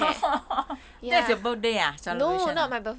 that's your birthday ah celebration